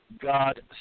God